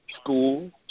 school